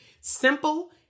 simple